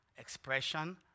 expression